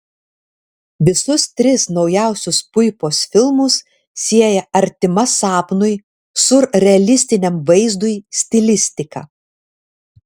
visus tris naujausius puipos filmus sieja artima sapnui siurrealistiniam vaizdui stilistika